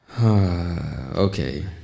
Okay